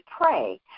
pray